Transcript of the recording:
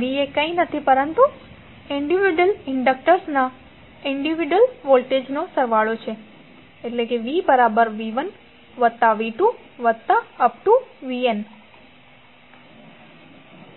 v એ કંઇ નથી પરંતુ વ્યક્તિગત ઇન્ડક્ટર્સના વ્યક્તિગત વોલ્ટેજના સરવાળો છે vv1v2vn